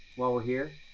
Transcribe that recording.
while we're here?